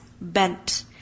bent